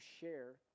share